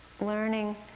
learning